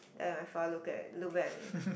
then my father look at look back at me